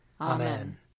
Amen